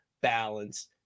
balance